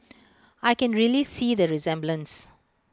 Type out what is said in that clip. I can really see the resemblance